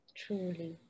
truly